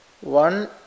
one